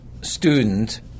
student